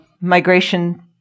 migration